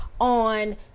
on